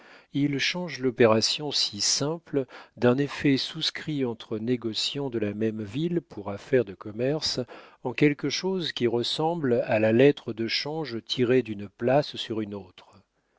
il change l'opération si simple d'un effet souscrit entre négociants de la même ville pour affaires de commerce en quelque chose qui ressemble à la lettre de change tirée d'une place sur une autre